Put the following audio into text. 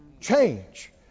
Change